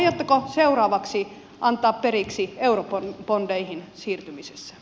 aiotteko seuraavaksi antaa periksi eurobondeihin siirtymisessä